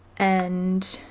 and